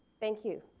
thank you.